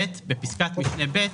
בפסקת משנה (ב),